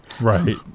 right